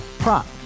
Prop